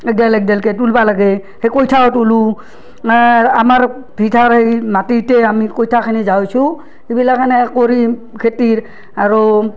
একডেল একডেলকে তোলবা লাগে সেই কইঠাও তোলো আমাৰ ভিঠাৰ এই মাটিতে আমি কইঠাখেনি জাৱোইছু সেইবিলাক এনে কৰিম খেতিৰ আৰু